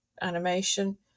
animation